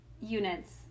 units